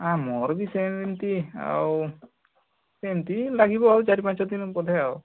ଆ ମୋର ବି ସେମିତି ଆଉ ସେମିତି ଲାଗିବ ଆଉ ଚାରି ପାଞ୍ଚ ଦିନ ବୋଧେ ଆଉ